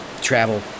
travel